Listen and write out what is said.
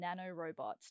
nanorobots